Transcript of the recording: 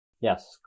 Yes